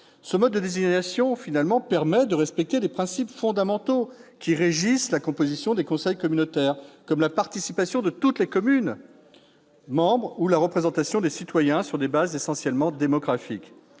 Ce mode de désignation permet de respecter les principes fondamentaux qui régissent la composition des conseils communautaires, comme la participation de toutes les communes membres ou la représentation des citoyens sur des bases essentiellement démographiques.